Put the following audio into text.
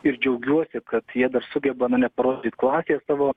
ir džiaugiuosi kad jie dar sugeba na neparodyt klasėje savo